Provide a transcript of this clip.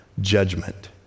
judgment